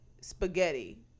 spaghetti